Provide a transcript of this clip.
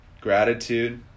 gratitude